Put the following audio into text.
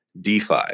DeFi